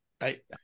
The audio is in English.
Right